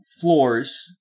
floors